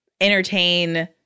entertain